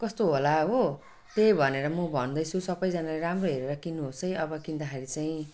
कस्तो होला हो त्यही भनेर म भन्दैछु सबजनाले राम्रो हेरेर किन्नु होस् है अब किन्दाखेरि चाहिँ